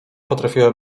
potrafiła